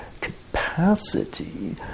capacity